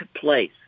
place